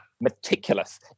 Meticulous